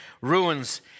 ruins